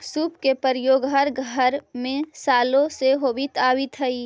सूप के प्रयोग हर घर में सालो से होवित आवित हई